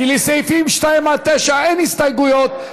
כי לסעיפים 2 9 אין הסתייגויות,